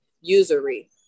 Usury